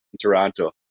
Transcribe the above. Toronto